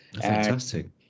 Fantastic